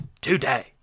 Today